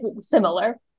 similar